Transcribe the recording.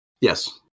Yes